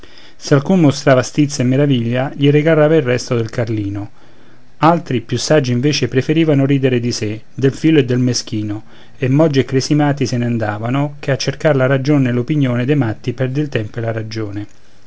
se alcun mostrava stizza e meraviglia gli regalava il resto del carlino altri più saggi invece preferivano rider di sé del filo e del meschino e mogi e cresimati se ne andavano ché a cercar la ragion nell'opinione dei matti perdi il tempo e la ragione